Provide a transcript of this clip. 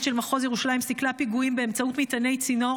של מחוז ירושלים סיכלה פיגועים באמצעות מטעני צינור